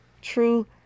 true